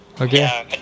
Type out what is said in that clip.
Okay